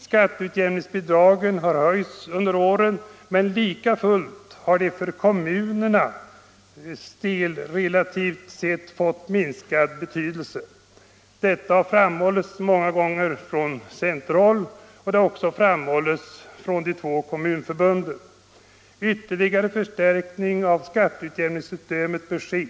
Skatteutjämningsbidragen har höjts under åren, men likafullt har de relativt sett fått minskad betydelse för kommunerna. Detta har framhållits många gånger från centerhåll och även av de två kommunförbunden. Ytterligare förstärkning av skatteutjämningssystemet bör ske.